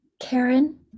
Karen